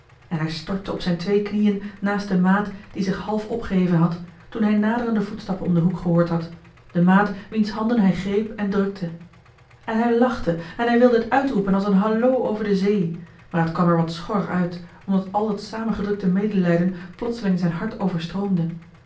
en hij stortte op zijn twee knieën naast den maat die zich half opgeheven had toen hij naderende voetstappen om den hoek gehoord had den maat wiens handen hij greep en drukte en hij lachte en hij wilde het uitroepen als een hallo over de zee maar het kwam er wat schor uit omdat al dat samengedrukte medelijden plotseling zijn hart